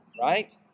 right